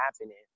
happening